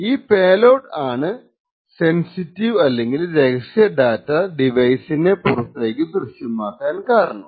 ഈ പേലോഡ് ആണ് സെൻസിറ്റീവ് അല്ലെങ്കിൽ രഹസ്യ ഡാറ്റ ഡിവൈസിന്റെ പുറത്തേക്കു ദൃശ്യമാക്കപ്പെടാൻ കാരണം